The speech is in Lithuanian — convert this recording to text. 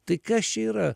tai kas čia yra